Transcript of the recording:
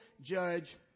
judge